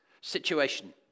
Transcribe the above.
situation